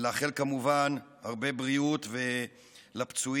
ולאחל כמובן הרבה בריאות לפצועים.